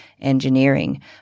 engineering